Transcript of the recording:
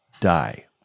die